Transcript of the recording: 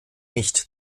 nicht